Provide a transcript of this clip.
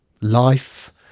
life